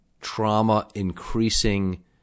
trauma-increasing